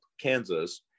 Kansas